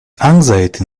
anxiety